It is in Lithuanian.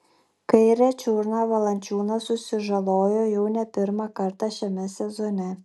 kairę čiurną valančiūnas susižalojo jau ne pirmą kartą šiame sezone